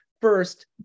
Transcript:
first